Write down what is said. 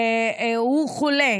הוא חולה.